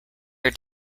are